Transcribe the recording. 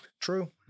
True